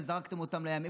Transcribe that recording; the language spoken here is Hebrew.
וזרקתם אותם לים.